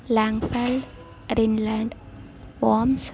landlocked Greenland Ohm's